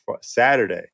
Saturday